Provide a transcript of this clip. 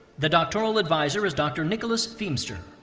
the doctoral advisor is dr. nicholas feamster.